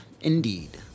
indeed